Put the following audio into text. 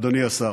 אדוני השר,